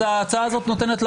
זה מנגנון.